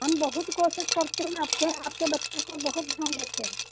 हम बहुत कोशिश करते हैं आपके आपके बच्चे को बहुत ध्यान देते हैं